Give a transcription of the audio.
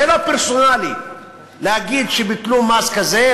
זה לא פרסונלי להגיד שביטלו מס כזה,